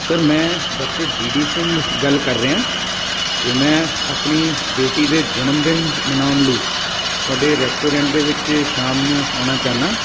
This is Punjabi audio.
ਸਰ ਮੈਂ ਡਾਕਟਰ ਡੀ ਡੀ ਸਿੰਘ ਗੱਲ ਕਰ ਰਿਹਾਂ ਅਤੇ ਮੈਂ ਆਪਣੀ ਬੇਟੀ ਦੇ ਜਨਮਦਿਨ ਮਨਾਉਣ ਲਈ ਤੁਹਾਡੇ ਰੈਸਟੋਰੈਂਟ ਦੇ ਵਿੱਚ ਸ਼ਾਮ ਨੂੰ ਆਉਣਾ ਚਾਹੁੰਦਾ